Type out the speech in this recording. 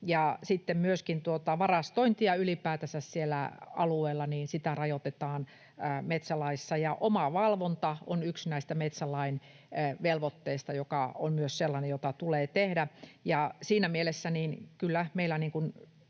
myöskin varastointia ylipäätänsä siellä alueella rajoitetaan. Omavalvonta on yksi näistä metsälain velvoitteista, joka myös on sellainen, jota tulee tehdä. Siinä mielessä kyllä